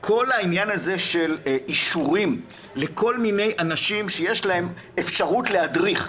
כל העניין הזה של אישורים לכל מיני אנשים שיש להם אפשרות להדריך,